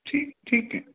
ठीक ठीक आहे